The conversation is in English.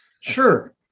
Sure